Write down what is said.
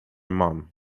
mum